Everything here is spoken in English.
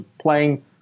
playing